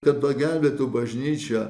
kad pagelbėtų bažnyčia